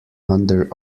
under